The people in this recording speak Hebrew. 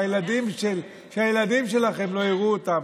שהילדים שלכם לא יראו אותם,